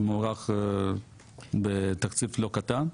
שמוערך בתקציב לא קטן,